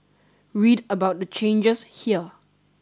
read about the changes here